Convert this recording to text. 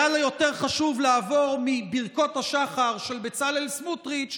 היה לה יותר חשוב לעבור מברכות השחר של בצלאל סמוטריץ',